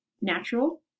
natural